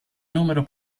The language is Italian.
numero